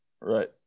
Right